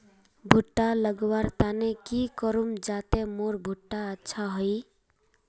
भुट्टा लगवार तने की करूम जाते मोर भुट्टा अच्छा हाई?